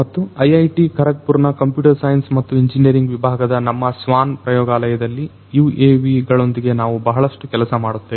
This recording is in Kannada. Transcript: ಮತ್ತು IIT ಖರಗ್ಪುರ್ ನ ಕಂಪ್ಯೂಟರ್ ಸೈನ್ಸ್ ಮತ್ತು ಇಂಜಿನಿಯರಿಂಗ್ ವಿಭಾಗದ ನಮ್ಮ SWAN ಪ್ರಯೋಗಾಲಯದಲ್ಲಿ UAV ಗಳೊಂದಿಗೆ ನಾವು ಬಹಳಷ್ಟು ಕೆಲಸ ಮಾಡುತ್ತೇವೆ